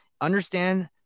understand